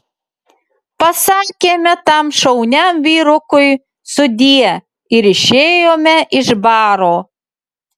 pasakėme tam šauniam vyrukui sudie ir išėjome iš baro